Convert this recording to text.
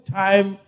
time